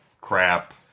crap